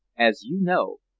as you know,